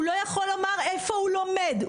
הוא לא יכול לומר איפה הוא לומד,